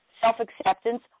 self-acceptance